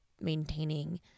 maintaining